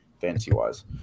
fantasy-wise